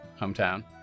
hometown